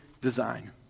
design